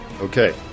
Okay